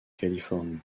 californie